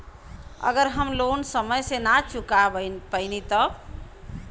अगर हम लोन समय से ना चुका पैनी तब?